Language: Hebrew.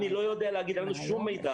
אין לנו שום מידע,